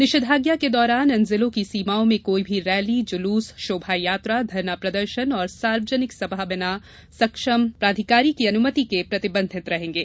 निषेधाज्ञा के दौरान इन जिलों की सीमाओं में कोई भी रैली जुलूस शोभायात्रा धरना प्रदर्शन और सार्वजनिक सभा आदि बिना सक्षम प्राधिकारी की अनुमति के प्रतिबंधित रहेंगें